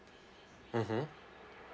mmhmm